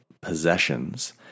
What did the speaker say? possessions